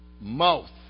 mouth